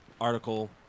Article